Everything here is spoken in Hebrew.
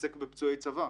שיתעסק בפצועי צבא.